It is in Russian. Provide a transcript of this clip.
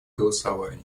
голосовании